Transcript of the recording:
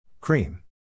Cream